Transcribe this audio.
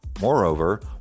Moreover